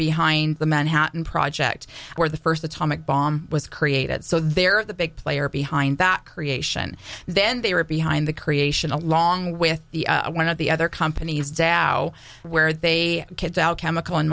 behind the manhattan project where the first atomic bomb was created so they're the big player behind that creation then they were behind the creation along with the want of the other companies dad where they kids out chemical